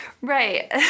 Right